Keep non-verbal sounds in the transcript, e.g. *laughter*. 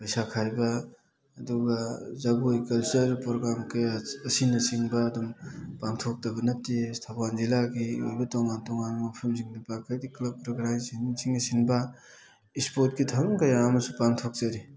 ꯄꯩꯁꯥ ꯈꯥꯏꯕ ꯑꯗꯨꯒ ꯖꯒꯣꯏ ꯀꯜꯆꯔ ꯄ꯭ꯔꯣꯒ꯭ꯔꯥꯝ ꯀꯌꯥ ꯑꯁꯤꯅ ꯆꯤꯡꯕ ꯑꯗꯨꯝ ꯄꯥꯡꯊꯣꯛꯇꯕ ꯅꯠꯇꯦ ꯊꯧꯕꯥꯜ ꯖꯤꯂꯥꯒꯤ ꯑꯣꯏꯕ ꯇꯣꯉꯥꯟ ꯇꯣꯉꯥꯟꯕ ꯃꯐꯝꯁꯤꯡꯗ *unintelligible* ꯍꯥꯏꯗꯤ ꯀ꯭ꯂꯕ ꯑꯣꯔꯒꯅꯥꯏꯖꯦꯁꯟꯁꯤꯡꯅ ꯁꯤꯟꯕ ꯏꯁꯄꯣꯔꯠꯀꯤ ꯊꯧꯔꯝ ꯀꯌꯥ ꯑꯃꯁꯨ ꯄꯥꯡꯊꯣꯛꯆꯔꯤ